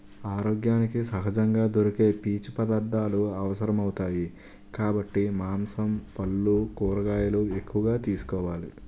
ఆరోగ్యానికి సహజంగా దొరికే పీచు పదార్థాలు అవసరమౌతాయి కాబట్టి మాంసం, పల్లు, కూరగాయలు ఎక్కువగా తీసుకోవాలి